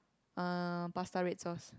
uh pasta red sauce